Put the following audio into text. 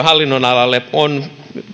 hallinnonalalle on